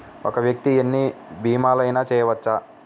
ఒక్క వ్యక్తి ఎన్ని భీమలయినా చేయవచ్చా?